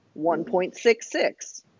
1.66